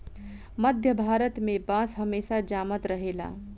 मध्य भारत में बांस हमेशा जामत रहेला